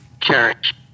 church